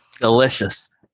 Delicious